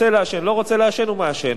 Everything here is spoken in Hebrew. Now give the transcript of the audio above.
רוצה לעשן, לא רוצה לעשן, הוא מעשן.